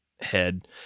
head